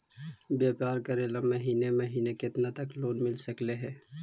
व्यापार करेल महिने महिने केतना तक लोन मिल सकले हे?